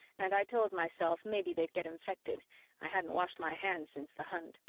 and i told myself maybe they'd get infected i hadn't washed my hands since the hunt.